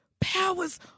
powers